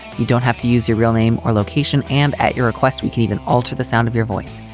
you don't have to use your real name or location, and at your request we can even alter the sound of your voice.